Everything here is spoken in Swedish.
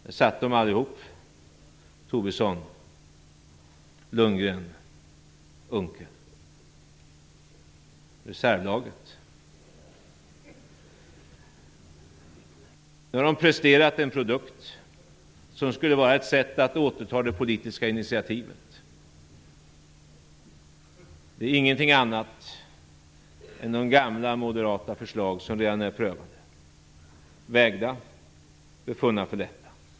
Där satt de allihop - Lars Tobisson, Bo Lundgren och Per Unckel, reservlaget. Nu har de presterat en produkt som skulle vara ett sätt att återta det politiska initiativet. Det är ingenting annat än de gamla moderata förslagen som redan är prövade, vägda och befunna för lätta.